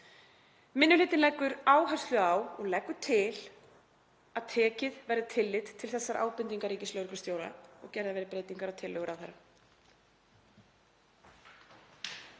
Minni hlutinn leggur áherslu á og leggur til að tekið verði tillit til þessara ábendinga ríkislögreglustjóra og gerðar verði breytingar á tillögu ráðherra.